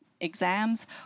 exams